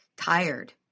tired